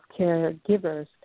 caregivers